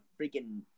freaking –